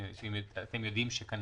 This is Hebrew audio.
האם לא חשבתם שאת